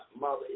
Mother